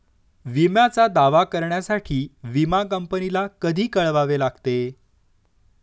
विम्याचा दावा करण्यासाठी विमा कंपनीला कधी कळवावे लागते?